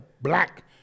black